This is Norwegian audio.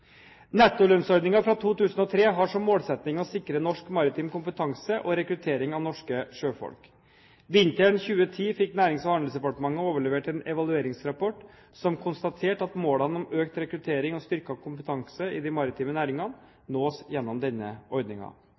fra 2003 har som målsetting å sikre norsk maritim kompetanse og rekruttering av norske sjøfolk. Vinteren 2010 fikk Nærings- og handelsdepartementet overlevert en evalueringsrapport som konstaterte at målene om økt rekruttering og styrket kompetanse i de maritime næringene nås gjennom denne